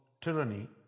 tyranny